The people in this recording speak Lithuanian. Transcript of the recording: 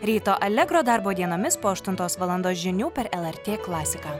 ryto allegro darbo dienomis po aštuntos valandos žinių per el er tė klasiką